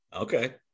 Okay